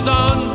on